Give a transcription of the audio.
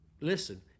Listen